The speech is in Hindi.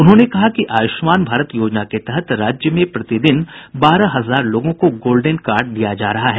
उन्होंने कहा कि आयुष्मान भारत योजना के तहत राज्य में प्रतिदिन बारह हजार लोगों को गोल्डेन कार्ड दिया जा रहा है